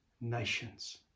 nations